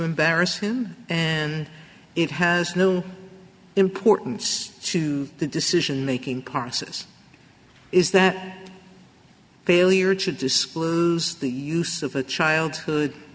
embarrass him and it has no importance to the decision making process is that failure to disclose the use of a childhood